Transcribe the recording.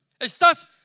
Estás